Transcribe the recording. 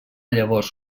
llavors